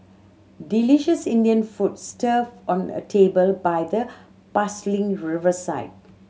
delicious Indian food on a table by the bustling riverside